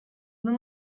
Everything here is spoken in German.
nur